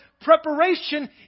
Preparation